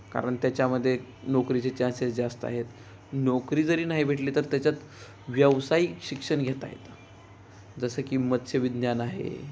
कारण त्याच्यामध्ये नोकरीचे चान्सेस जास्त आहेत नोकरी जरी नाही भेटली तर त्याच्यात व्यावसायिक शिक्षण घेता येतं जसं की मत्स्यविज्ञान आहे